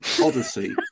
Odyssey